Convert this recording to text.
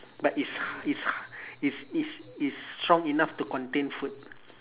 but it's ha~ it's ha~ it's it's it's strong enough to contain food